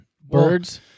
birds